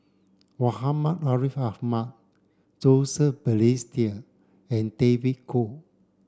Muhammad Ariff Ahmad Joseph Balestier and David Kwo